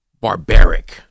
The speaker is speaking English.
barbaric